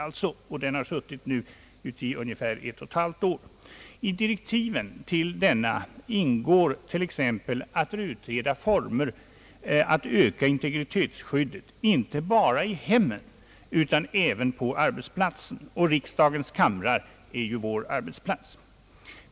Den har nu suttit i ungefär ett och ett halvt år. I direktiven till denna ingår till exempel att utreda former för att öka integritetsskyddet inte bara i hemmen utan även på arbetsplatserna, och riksdagens kamrar är ju vår arbetsplats.